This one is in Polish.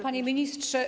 Panie Ministrze!